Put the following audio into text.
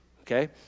okay